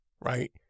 Right